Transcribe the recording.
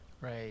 Right